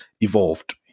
evolved